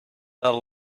the